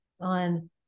on